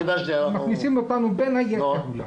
מכניסים אותנו בין היתר.